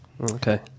Okay